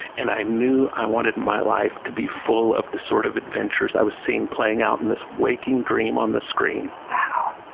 and i knew i wanted my life to be full of the sort of adventures i was seeing playing out in this waking dream on the screen. wow.